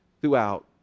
throughout